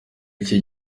iki